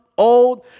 old